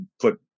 put